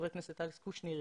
חבר הכנסת אלכס קושניר,